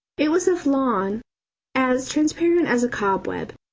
it was of lawn as transparent as a cobweb,